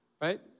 right